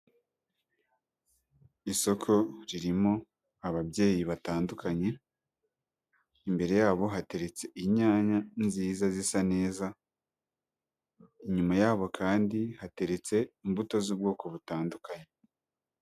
Isoko ririmo ababyeyi batandukanye, imbere yabo hateretse inyanya nziza zisa neza, inyuma yabo kandi hateretse imbuto z'ubwoko butandukanye.